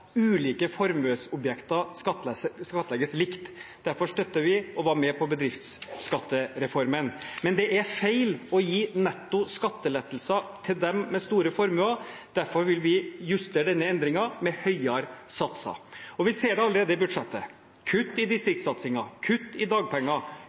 ulike formuesobjekter skattlegges likt. Derfor støttet vi og var med på bedriftsskattereformen. Men det er feil å gi netto skattelette til dem med store formuer. Derfor vil vi justere denne endringen med høyere satser. Vi ser det allerede i budsjettet: kutt i